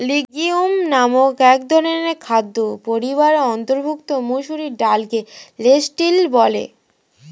legume নামক একধরনের খাদ্য পরিবারের অন্তর্ভুক্ত মসুর ডালকে লেন্টিল বলে